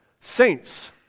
Saints